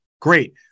Great